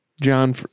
John